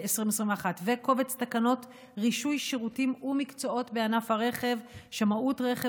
וקובץ תקנות רישוי שירותים ומקצועות בענף הרכב (שמאות רכב,